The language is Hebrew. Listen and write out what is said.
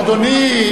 אדוני,